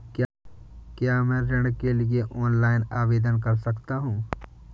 क्या मैं ऋण के लिए ऑनलाइन आवेदन कर सकता हूँ?